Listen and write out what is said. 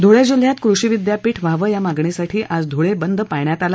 धुळे जिल्ह्यात कृषी विद्यापीठ व्हावं या मागणीसाठी आज धुळे बंद पाळण्यात आला